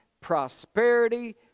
prosperity